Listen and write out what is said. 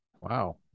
Wow